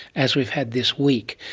as we've had this week,